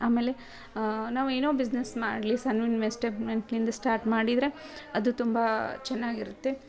ಆಮೇಲೆ ನಾವು ಏನೋ ಬಿಸ್ನೆಸ್ ಮಾಡಲಿ ಸಣ್ಣ ಇನ್ವೆಸ್ಟೆಮೆಟ್ಲಿಂದ ಸ್ಟಾರ್ಟ್ ಮಾಡಿದ್ರೆ ಅದು ತುಂಬ ಚೆನ್ನಾಗಿರುತ್ತೆ